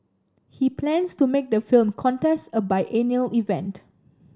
he plans to make the film contest a biennial event